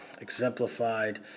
exemplified